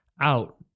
out